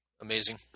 amazing